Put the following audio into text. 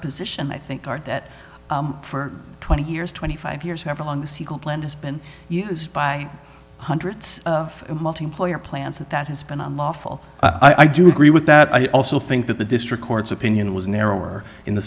position i think are that for twenty years twenty five years however long the siegal plan has been used by hundreds of multiplayer plans that that has been unlawful i do agree with that i also think that the district court's opinion was narrower in the